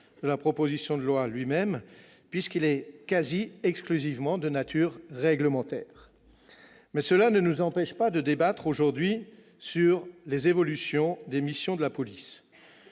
cette proposition de loi, puisque celui-ci est presque exclusivement de nature réglementaire ... Cela ne nous empêche pas de débattre aujourd'hui sur les évolutions des missions de la police.